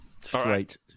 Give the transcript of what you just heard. straight